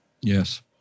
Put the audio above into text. Yes